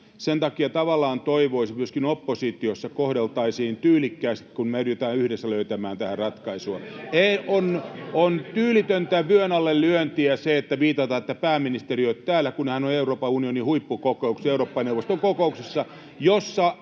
Sen takia tavallaan toivoisi, että myöskin oppositiossa kohdeltaisiin tyylikkäästi, kun me yritetään yhdessä löytää tähän ratkaisua. On tyylitöntä vyön alle lyöntiä se, että viitataan, että pääministeri ei ole täällä, kun hän on Euroopan unionin huippukokouksessa, Eurooppa-neuvoston kokouksessa, jossa